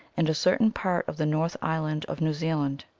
and a certain part of the north island of new zealand.